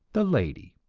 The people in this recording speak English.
the lady,